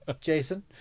Jason